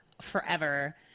forever